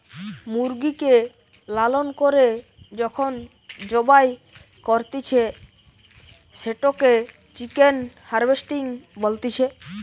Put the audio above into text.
মুরগিকে লালন করে যখন জবাই করতিছে, সেটোকে চিকেন হার্ভেস্টিং বলতিছে